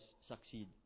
succeed